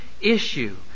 issue